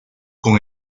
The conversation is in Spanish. con